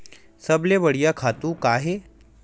सबले बढ़िया खातु का हे?